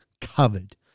covered